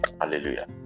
Hallelujah